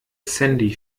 sandy